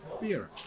beer